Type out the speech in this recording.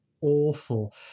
awful